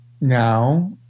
now